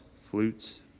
flutes